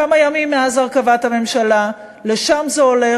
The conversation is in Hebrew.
כמה ימים מאז הרכבת הממשלה, לשם זה הולך.